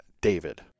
David